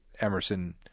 Emerson